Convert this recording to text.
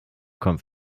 kommt